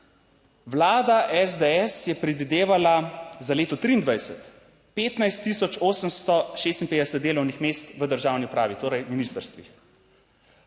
vlada SDS je predvidevala za leto 2023, 15 tisoč 856 delovnih mest v državni upravi, torej ministrstvih.